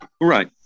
right